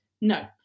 No